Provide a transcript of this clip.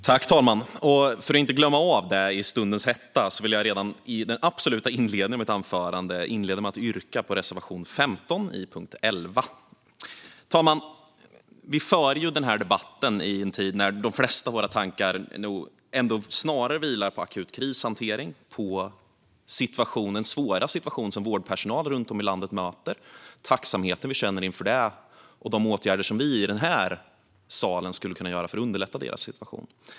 Herr talman! För att inte glömma det i stundens hetta vill jag redan i den absoluta inledningen av mitt anförande yrka bifall till reservation 15 under punkt 11. Herr talman! Vi för denna debatt i en tid när de flesta av våra tankar handlar om akut krishantering, om den svåra situation som vårdpersonal runt om i landet möter, om tacksamheten vi känner inför det och om de åtgärder som vi i denna sal skulle kunna genomföra för att underlätta deras situation.